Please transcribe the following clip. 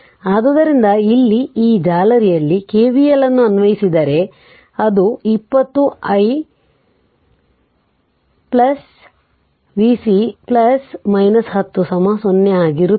ಆದ್ದರಿಂದ ಇಲ್ಲಿ ಈ ಜಾಲರಿಯಲ್ಲಿ KVL ಅನ್ನು ಅನ್ವಯಿಸಿದರೆ ಅದು 20 i 1 0 vc 0 10 0 ಆಗಿರುತ್ತದೆ